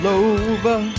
over